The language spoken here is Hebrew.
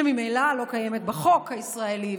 שממילא לא קיימת בחוק הישראלי,